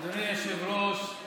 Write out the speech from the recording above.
אדוני היושב-ראש,